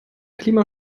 klima